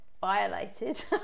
violated